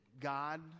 God